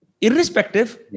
Irrespective